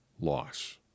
loss